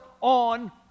on